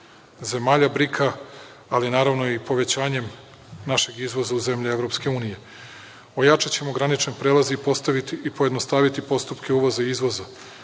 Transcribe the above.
zemalja BRIK-a, ali naravno i povećanjem našeg izvoza u zemlje Evropske unije. Ojačaćemo granični prelaz i pojednostaviti postupke uvoza i izvoza.